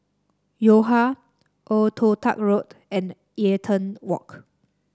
Yo Ha Old Toh Tuck Road and Eaton Walk